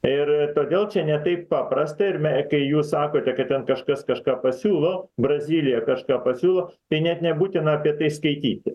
ir todėl čia ne taip paprasta ir me kai jūs sakote kad ten kažkas kažką pasiūlo brazilija kažką pasiūlo tai net nebūtina apie tai skaityti